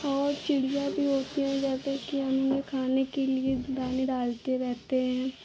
और चिड़िया भी होती हैं जैसे कि हमने खाने के लिए दाने डालकर रहते हैं